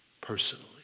personally